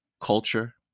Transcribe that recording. culture